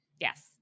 Yes